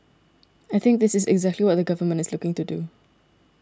I think this is exactly what the government is looking to do